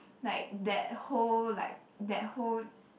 like that whole like that whole